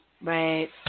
Right